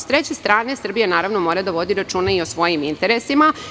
S treće strane, Srbija mora da vodi računa i o svojim interesima.